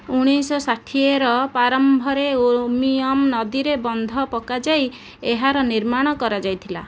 ଉଣେଇଶହ ଷାଠିଏର ପ୍ରାରମ୍ଭରେ ଉମିୟମ ନଦୀରେ ବନ୍ଧ ପକାଯାଇ ଏହାର ନିର୍ମାଣ କରାଯାଇଥିଲା